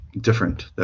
different